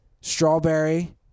Strawberry